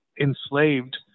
enslaved